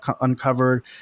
uncovered